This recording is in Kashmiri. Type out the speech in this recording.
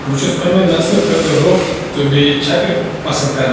بہٕ چھُس پنٕنہِ نژنہٕ خٲطرٕ روٚف تہٕ بیٚیہِ چھَکرٕ پسنٛد کران